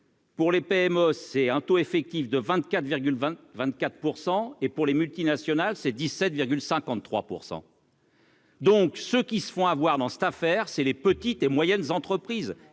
Pour les PME, c'est un taux effectif de 24 20 24 % et pour les multinationales, c'est 17 53 %. Donc ce qui se font avoir dans cette affaire, c'est les petites et moyennes entreprises